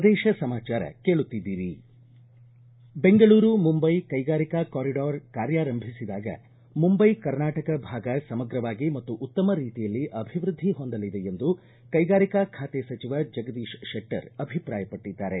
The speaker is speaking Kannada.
ಪ್ರದೇಶ ಸಮಾಚಾರ ಕೇಳುತ್ತಿದ್ದೀರಿ ಬೆಂಗಳೂರು ಮುಂಬೈ ಕೈಗಾರಿಕಾ ಕಾರಿಡಾರ್ ಕಾರ್ಯಾರಂಭಿಸಿದಾಗ ಮುಂಬೈ ಕರ್ನಾಟಕ ಭಾಗ ಸಮಗ್ರವಾಗಿ ಮತ್ತು ಉತ್ತಮ ರೀತಿಯಲ್ಲಿ ಅಭಿವೃದ್ಧಿ ಹೊಂದಲಿದೆ ಎಂದು ಕೈಗಾರಿಕಾ ಖಾತೆ ಸಚಿವ ಜಗದೀಶ್ ಶೆಟ್ಟರ್ ಅಭಿಪ್ರಾಯಪಟ್ಟದ್ದಾರೆ